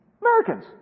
Americans